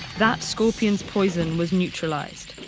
that scorpion's poison was neutralized.